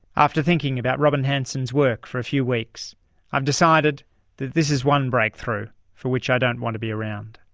after thinking about robin hanson's work for a few weeks i've decided that this is one breakthrough for which i don't want to be around.